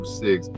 six